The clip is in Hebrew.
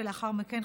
ולאחר מכן,